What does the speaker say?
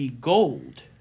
gold